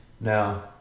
Now